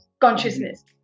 consciousness